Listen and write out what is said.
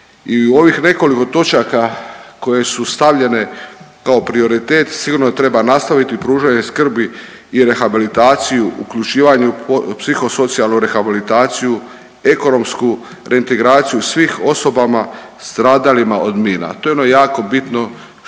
I u ovih nekoliko točaka koje su stavljene kao prioritet sigurno da treba nastaviti pružanje skrbi i rehabilitaciju, uključivanje u psihosocijalnu rehabilitaciju, ekonomsku reintegraciju svim osobama stradalima od mina. To je ono jako bitno što